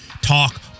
talk